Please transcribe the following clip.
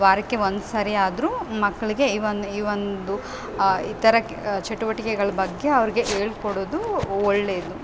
ವಾರಕ್ಕೆ ಒಂದು ಸರಿ ಆದ್ರೂ ಮಕ್ಕಳಿಗೆ ಈ ಒಂದು ಈ ಒಂದು ಇತರ ಚಟುವಟಿಕೆಗಳ ಬಗ್ಗೆ ಅವ್ರಿಗೆ ಹೇಳ್ಕೊಡೋದು ಒಳ್ಳೆಯದು